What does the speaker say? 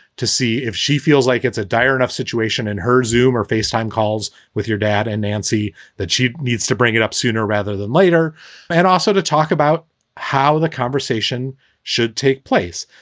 to see if she feels like it's a dire enough situation in her zoome or facetime calls with your dad and nancy that she needs to bring it up sooner rather than later and also to talk about how the conversation should take place.